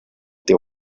teu